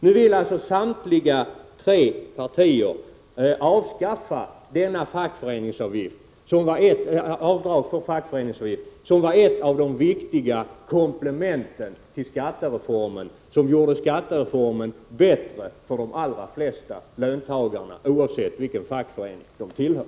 Nu vill alltså samtliga tre borgerliga partier avskaffa avdraget för fackföreningsavgift, som var ett av de viktiga komplementen till skattereformen och gjorde den bättre för de allra flesta löntagarna, oavsett vilken fackförening de tillhör.